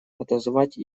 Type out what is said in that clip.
отозвать